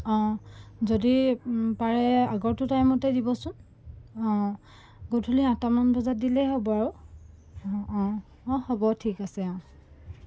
অ' যদি পাৰে আগৰটো টাইমতে দিবচোন অঁ গধূলি আঠটামান বজাত দিলেই হ'ব আৰু অ' অ' হ'ব ঠিক আছে অঁ